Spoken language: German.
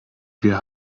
wir